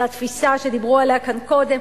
את התפיסה שדיברו עליה כאן קודם,